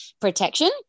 protection